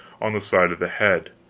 on the side of the head,